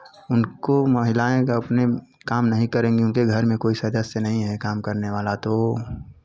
उनको महिलाएँ अगर अपने काम नहीं करेंगी उनके घर में कोई सदस्य नहीं है काम करने वाला तो